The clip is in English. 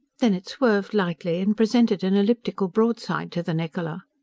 then it swerved lightly and presented an elliptical broadside to the niccola.